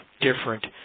different